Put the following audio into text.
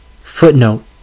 Footnote